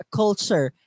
culture